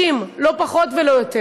60, לא פחות ולא יותר.